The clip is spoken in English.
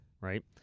Right